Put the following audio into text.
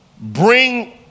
bring